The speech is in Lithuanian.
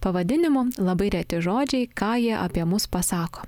pavadinimu labai reti žodžiai ką jie apie mus pasako